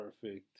perfect